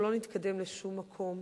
אנחנו לא נתקדם לשום מקום.